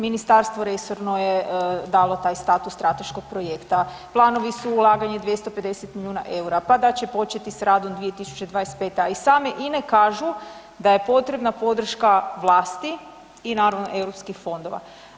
Ministarstvo resorno je dalo taj status strateškog projekta, planovi su ulaganje 250 milijuna EUR-a, pa da će početi s radom 2025., a iz same INA-e kažu da je potrebna podrška vlasti i naravno Europskih fondova.